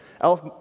Elf